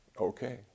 okay